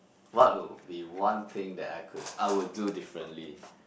what would be one thing that I could I would do differently